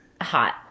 hot